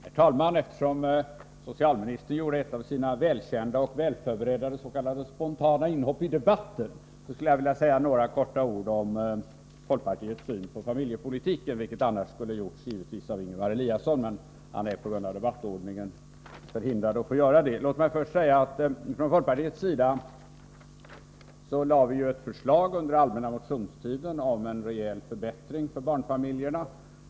Herr talman! Eftersom socialministern gjorde ett av sina välkända och välförberedda ss.k. spontana inhopp i debatten, skulle jag vilja säga några ord om folkpartiets syn på familjepolitiken. Detta skulle ju annars givetvis ha gjorts av Ingemar Eliasson, men han är ju nu på grund av debattordningen förhindrad att göra det. Låt mig först säga att från folkpartiets sida lade vi ett förslag under den allmänna motionstiden om en rejäl förbättring för barnfamiljerna.